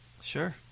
sure